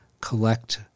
collect